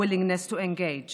(מחיאות כפיים) ג'ון קנדי הוא שאמר: